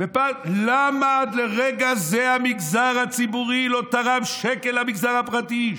למה ברגע זה המגזר הציבורי לא תרם שקל למגזר הפרטי?